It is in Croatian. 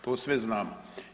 To sve znamo.